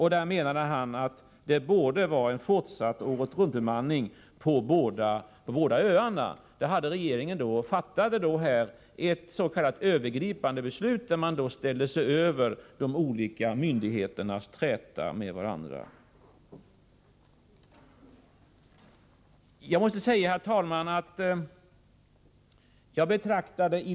Han sade att det borde vara fortsatt åretruntbemanning på båda öarna. Regeringen ställde sig över de olika myndigheternas träta med varandra och fattade ett s.k. övergripande beslut. Herr talman!